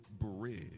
Bridge